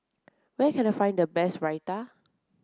where can I find the best Raita